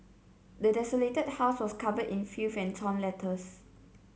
the desolated house was covered in filth and torn letters